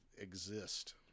exist